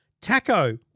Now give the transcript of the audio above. Taco